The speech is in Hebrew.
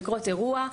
בקרות אירוע,